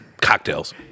cocktails